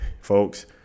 folks